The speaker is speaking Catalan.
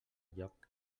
joc